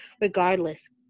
Regardless